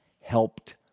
helped